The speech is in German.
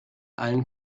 allen